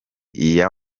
iya